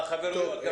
על החברויות.